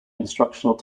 instructional